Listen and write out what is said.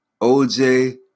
OJ